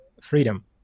freedom